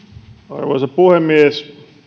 arvoisa puhemies